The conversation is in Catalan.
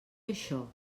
això